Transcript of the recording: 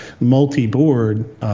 multi-board